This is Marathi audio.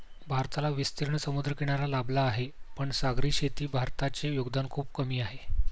भारताला विस्तीर्ण समुद्रकिनारा लाभला आहे, पण सागरी शेतीत भारताचे योगदान खूप कमी आहे